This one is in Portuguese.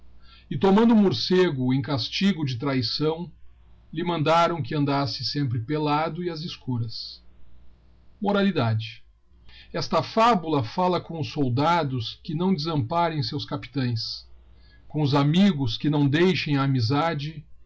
e tomando o morcego em casrlgò dà trahiçaô ihc rnafidáraô que andasse seaípr pellado y e ás escuras moralidade esta fabula falia com os solr dados que naó desamparem seus capitães y com os amigos que nao deixem a amizade